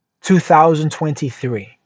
2023